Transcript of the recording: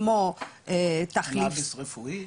כמו תחליף --- קנאביס רפואי?